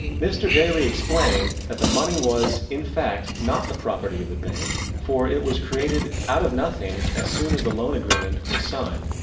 mr. daly explained that the money was, in fact, not the property of the bank. for it was created out of nothing as soon as the loan agreement was signed.